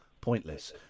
pointless